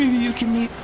you can meet